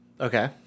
Okay